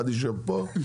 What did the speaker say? אחד יישב פה,